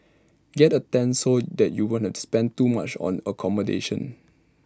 get A tent so that you won't spend too much on accommodation